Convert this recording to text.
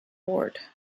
ward